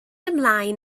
ymlaen